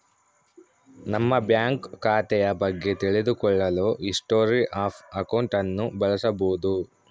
ನಮ್ಮ ಬ್ಯಾಂಕ್ ಖಾತೆಯ ಬಗ್ಗೆ ತಿಳಿದು ಕೊಳ್ಳಲು ಹಿಸ್ಟೊರಿ ಆಫ್ ಅಕೌಂಟ್ ಅನ್ನು ಬಳಸಬೋದು